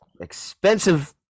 Expensive